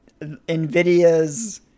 NVIDIA's